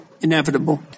inevitable